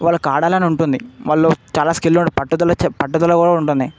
వాళ్ళకాడాలని ఉంటుంది వాళ్ళు చాలా స్కిల్ పట్టుదల చె పట్టుదల కూడా ఉంటుంది